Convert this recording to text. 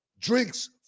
drinks